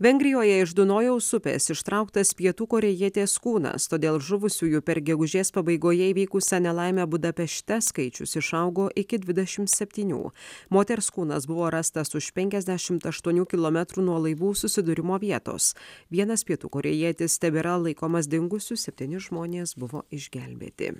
vengrijoje iš dunojaus upės ištrauktas pietų korėjietės kūnas todėl žuvusiųjų per gegužės pabaigoje įvykusią nelaimę budapešte skaičius išaugo iki dvidešimt septynių moters kūnas buvo rastas už penkiasdešimt aštuonių kilometrų nuo laivų susidūrimo vietos vienas pietų korėjietis tebėra laikomas dingusiu septyni žmonės buvo išgelbėti